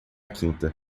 quinta